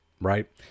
right